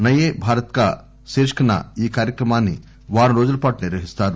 నయే భారత్ కా శీర్షికన ఈ కార్యక్రమాన్ని వారం రోజులపాటు నిర్వహిస్తారు